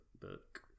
book